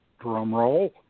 drumroll